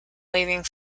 waving